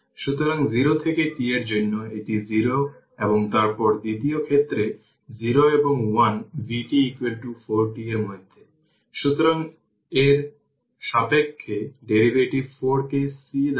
সুতরাং এটি এখানে Req c সুতরাং Req হল 4 C 01 সুতরাং 04 সেকেন্ড